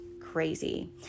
crazy